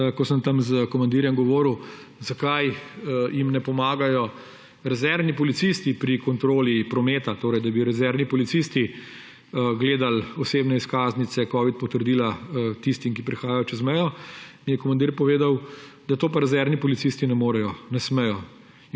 ko sem tam s komandirjem govoril, zakaj jim ne pomagajo rezervni policisti pri kontroli prometa, torej da bi rezervni policisti gledali osebne izkaznice, covid potrdila tistim, ki prehajajo čez mejo, mi je komandir povedal, da to pa rezervni policisti ne morejo, ne smejo.